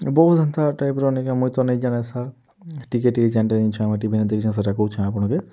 ବହୁତ୍ ଏନ୍ତା ଟାଇପ୍ର ନିକେ ମୁଇଁ ତ ନାଇଁଜାନେ ସାର୍ ଟିକେ ଟିକେ ଯେନଟା ଜାନିଛେ ଆର୍ ଟିଭିରେ ଦେଖିଛେଁ ସେଇଟା କହୁଛେଁ ଆପନକେଁ